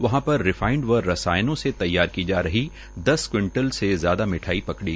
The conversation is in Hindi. वहां पर रिफाइंड व रसायनों से तैयार की जा रही दस क्विंटल से ज्यादा मिठाई पकड़ी